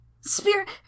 Spirit